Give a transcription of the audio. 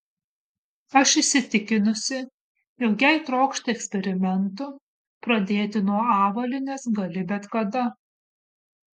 aš įsitikinusi jog jei trokšti eksperimentų pradėti nuo avalynės gali bet kada